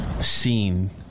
Seen